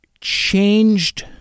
changed